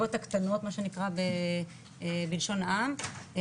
הקטנות מה שנקרא בלשון העם.